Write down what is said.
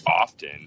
often